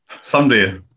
Someday